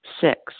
six